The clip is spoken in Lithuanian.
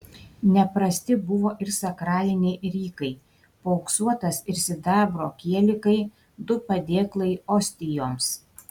neprasti buvo ir sakraliniai rykai paauksuotas ir sidabro kielikai du padėklai ostijoms